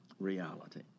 reality